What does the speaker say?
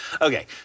Okay